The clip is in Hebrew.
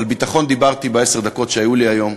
על ביטחון דיברתי בעשר דקות שהיו לי היום.